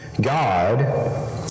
God